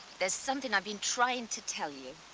there's something i've been trying to tell you.